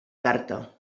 carta